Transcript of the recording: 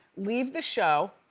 leave the show.